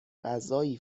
غذایی